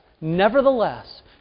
nevertheless